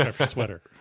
Sweater